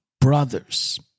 brothers